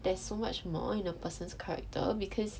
there's so much more in a person's character because